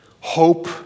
hope